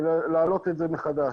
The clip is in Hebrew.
ולהעלות את זה מחדש.